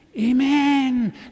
Amen